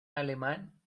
alemán